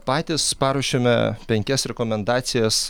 patys paruošėme penkias rekomendacijas